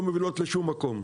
לא מובילות לשום מקום.